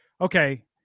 Okay